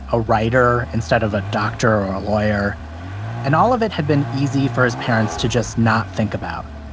a writer instead of a doctor or a lawyer and all of it had been easy for his parents to just not think about.